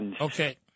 okay